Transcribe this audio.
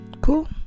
Cool